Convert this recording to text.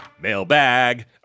mailbag